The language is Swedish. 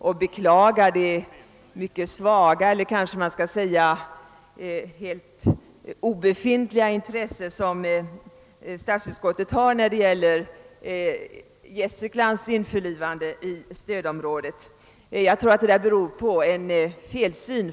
Jag beklagar det mycket svaga eller kanske praktiskt taget obefintliga intresse som statsutskottet visat för frågan om Gästriklands införlivande i stödområdet. Detta tror jag beror på en felsyn.